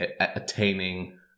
attaining